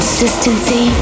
Consistency